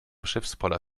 schiffspoller